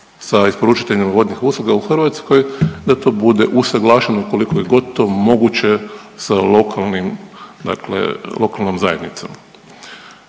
sa isporučiteljem vodnih usluga u Hrvatskoj da to bude usaglašeno koliko je god to moguće sa lokalnim dakle